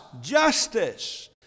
justice